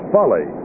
Folly